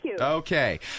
Okay